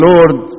Lord